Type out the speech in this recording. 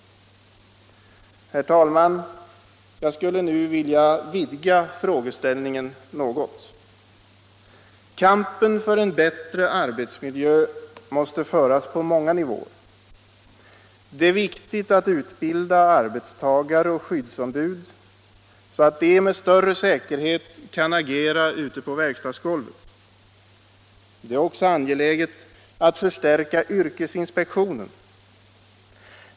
Herr talman! Jag skulle nu vilja vidga frågeställningen något. Kampen för en bättre arbetsmiljö måste föras på många nivåer. Det är viktigt att utbilda arbetstagare och skyddsombud så att de med större säkerhet kan agera ute på verkstadsgolvet. Det är också angeläget att förstärka yrkesinspektionen.